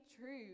true